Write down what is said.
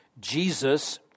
Jesus